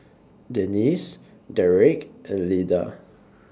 Denisse Derrick and Lida